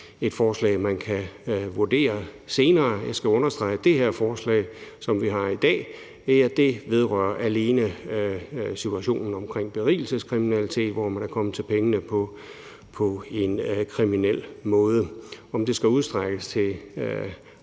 et forslag, man kan vurdere senere. Jeg skal understrege, at det her forslag, som vi har i dag, alene vedrører situationen omkring berigelseskriminalitet, hvor man er kommet til pengene på en kriminel måde. Om det skal udstrækkes til